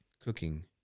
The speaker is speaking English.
cooking